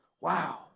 Wow